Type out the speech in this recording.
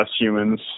humans